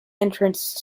entrance